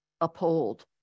uphold